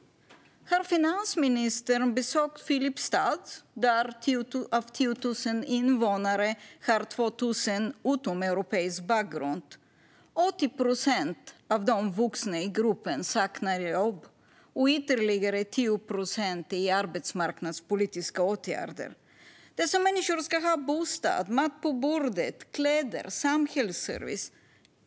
Har finansministern besökt Filipstad, där 2 000 av 10 000 invånare har utomeuropeisk bakgrund? Av de vuxna i gruppen saknar 80 procent jobb, och ytterligare 10 procent omfattas av arbetsmarknadspolitiska åtgärder. Dessa människor ska ha bostad, mat på bordet, kläder, samhällsservice.